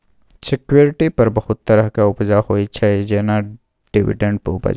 security पर बहुत तरहक उपजा होइ छै जेना डिवीडेंड उपज